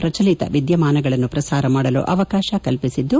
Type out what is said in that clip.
ಪ್ರಚಲಿತ ವಿದ್ದಮಾನಗಳನ್ನು ಪ್ರಸಾರ ಮಾಡಲು ಅವಕಾಶ ಕಲ್ಪಿಸಿದ್ದು